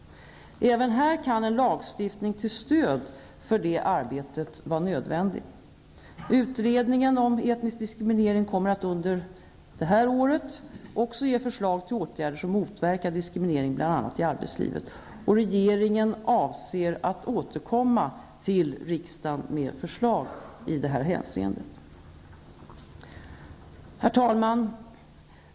Även här kan det vara nödvändigt med en lagstiftning till stöd för detta arbete. Utredningen om etnisk diskriminering kommer under det här året att också ge förslag till åtgärder som motverkar diskriminering bl.a. i arbetslivet. Regeringen avser att återkomma till riksdagen med förslag i det här hänseendet. Herr talman!